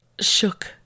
shook